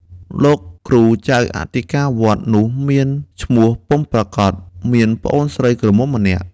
លោកគ្រូចៅអធិការវត្តនោះមានឈ្មោះពុំប្រាកដ មានប្អូនស្រីក្រមុំម្នាក់ ។